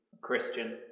Christian